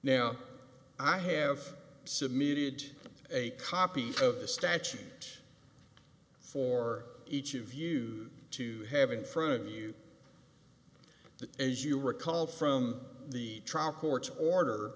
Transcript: now i have submitted a copy of the statute for each of you to have in front of you the as you recall from the trial court order